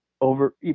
over